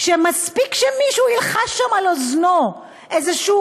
שמספיק שמישהו ילחש שם על אוזנו איזשהו